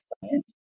science